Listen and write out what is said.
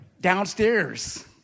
downstairs